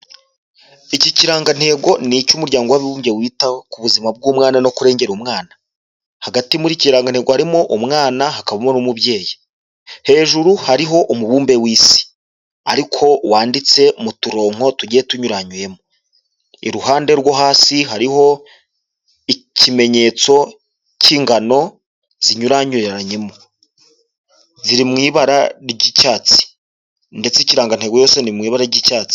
Iki kirangantego ni icy'umuryango w'abumbye wita ku buzima bw'umwana no kurengera umwana, hagati muri kirangantego harimo umwana, hakabamo n'umubyeyi, hejuru hariho umubumbe w'isi ariko wanditse mu turonko tugiye tunyuranyuwemo iruhande rwo hasi hariho ikimenyetso cy'ingano zinyu yanyuranyemo ziriw ibara ry'icyatsi ndetse ikirangagantego cyose ni mu ibara ry'icyatsi.